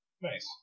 Nice